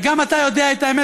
וגם אתה יודע את האמת.